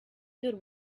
good